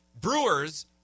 Brewers